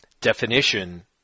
definition